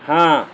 हां